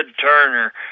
Turner